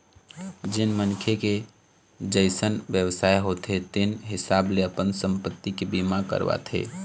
जेन मनखे के जइसन बेवसाय होथे तेन हिसाब ले अपन संपत्ति के बीमा करवाथे